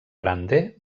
grande